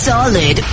Solid